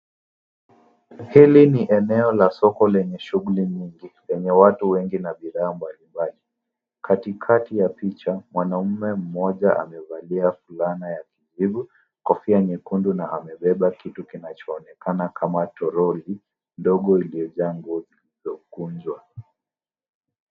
Hili ni eneo la soko lenyeshughuli nyingi lenye watu wengi na bidhaa mbalimbali. Katikati ya picha mwanaume mmoja amevalia fulana ya kijivu kofia nyekundu na amebeba kitu kinaonekana kama toroli ndogo ilio jaa nguo zililzo kunjwa.